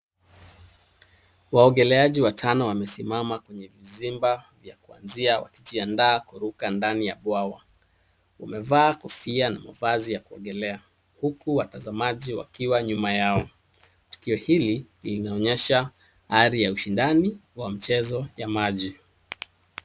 Waongeleaji watano wmesimama kwenye vizimba vya kuanzia wakijiandaa kuruka ndani ya bwawa. Wamevaa kofia na mavazi ya kuongelea huku watazamaji wakiwa nyuma. Tukio hili linaonyesha hali ya ushindani wa mchezo wa maji.